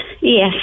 Yes